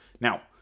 Now